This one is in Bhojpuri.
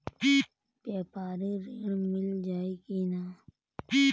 व्यापारी ऋण मिल जाई कि ना?